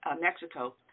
Mexico